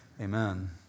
amen